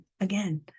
again